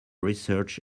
research